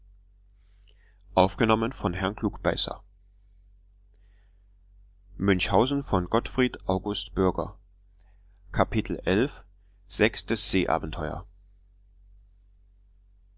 münchhausen par gottfried august